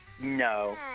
No